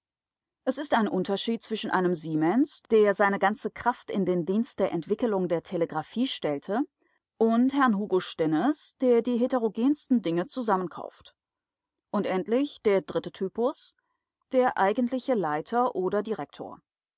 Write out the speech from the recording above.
es ist ein unterschied zwischen einem siemens der seine ganze kraft in den dienst der entwickelung der telegraphie stellte und herrn hugo stinnes der die heterogensten dinge zusammenkauft und endlich der dritte typus der eigentliche leiter oder direktor